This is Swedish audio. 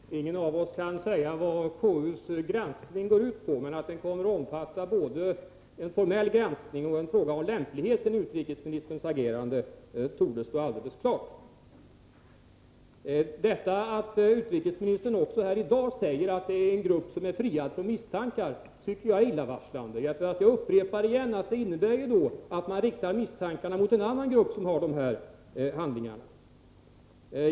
Herr talman! Ingen av oss kan säga vad KU:s granskning går ut på, men att den kommer att omfatta både en formell granskning och en fråga om lämpligheten i utrikesministerns agerande torde stå alldeles klart. Detta att utrikesministern också här i dag säger att det är en grupp som är friad från misstankar är illavarslande. Jag upprepar att det innebär att man riktar misstankarna mot en annan grupp som har dessa handlingar.